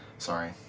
sorry.